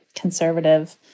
conservative